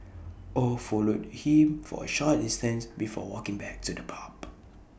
oh followed him for A short distance before walking back to the pub